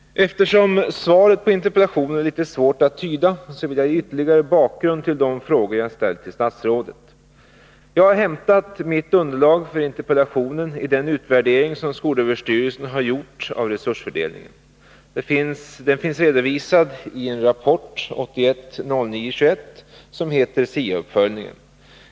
Eftersom svaret på interpellationen är litet svårt att tyda, vill jag ge ytterligare bakgrund till de frågor jag ställt till statsrådet. Jag har hämtat mitt underlag för interpellationen i den utvärdering som skolöverstyrelsen har gjort av resursfördelningen. Den finns redovisad i en rapport av den 21 september 1981 som heter SIA-uppföljningen.